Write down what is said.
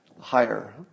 higher